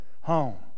home